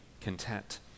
content